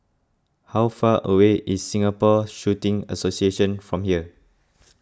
how far away is Singapore Shooting Association from here